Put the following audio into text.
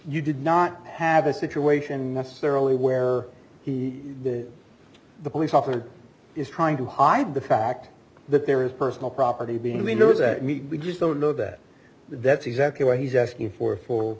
you did not have a situation necessarily where he the police officer is trying to hide the fact that there is personal property being we know we just don't know that that's exactly what he's asking for full